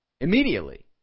immediately